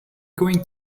going